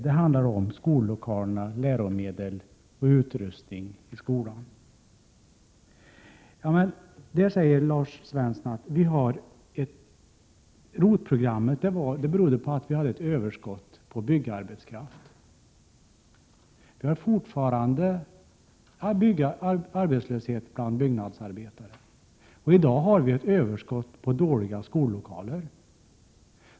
Det handlar om skollokaler, läromedel och utrustning i skolan. Lars Svensson säger att ROT-programmet berodde på att vi hade ett överskott på byggarbetskraft. Vi har fortfarande arbetslöshet bland byggnadsarbetare, och i dag har vi ett överskott på dåliga skollokaler!